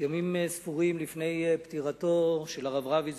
ימים ספורים לפני פטירתו של הרב רביץ,